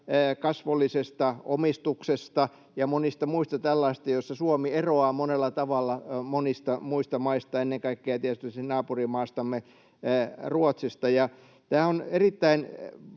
kasvollisesta omistuksesta ja monista muista tällaisista, joissa Suomi eroaa monella tavalla monista muista maista, ennen kaikkea tietysti naapurimaastamme Ruotsista. Tämä on erittäin